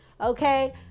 okay